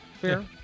Fair